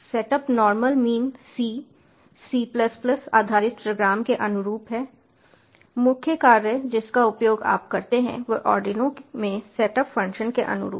setup normal mean C C plus plus आधारित program के अनुरूप है मुख्य कार्य जिसका उपयोग आप करते हैं वह आर्डिनो में सेटअप फ़ंक्शन के अनुरूप है